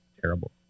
terrible